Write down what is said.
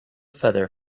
feather